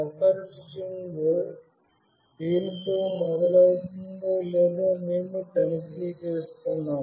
ఈ buffer string దీనితో మొదలవుతుందో లేదో మేము తనిఖీ చేస్తున్నాము